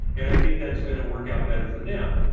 and i think that's going to work out better for them.